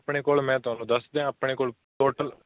ਆਪਣੇ ਕੋਲ ਮੈਂ ਤੁਹਾਨੂੰ ਦੱਸ ਦਿਆਂ ਆਪਣੇ ਕੋਲ ਟੋਟਲ